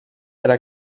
era